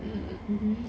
mmhmm